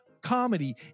comedy